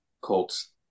Colts